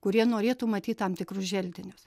kurie norėtų matyt tam tikrus želdinius